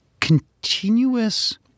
continuous